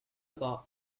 got